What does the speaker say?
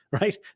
right